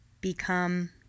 become